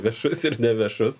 viešus ir neviešus